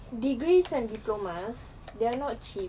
degrees and diplomas they are not cheap